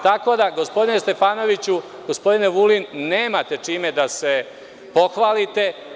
Tako da, gospodine Stefanoviću, gospodine Vulin, nemate čime da se pohvalite.